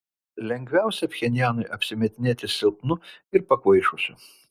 lengviausia pchenjanui apsimetinėti silpnu ir pakvaišusiu